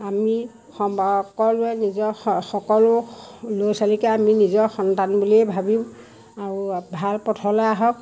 আমি সম সকলোৱে নিজৰ স সকলো ল'ৰা ছোৱালীকে আমি নিজৰ সন্তান বুলিয়েই ভাবিম আৰু ভাল পথলৈ আহক